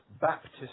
Baptist